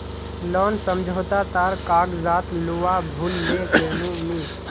loan समझोता तार कागजात लूवा भूल ले गेनु मि